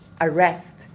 arrest